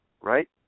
right